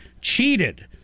cheated